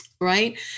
right